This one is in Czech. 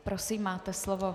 Prosím, máte slovo.